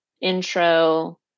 intro